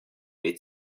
pet